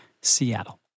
Seattle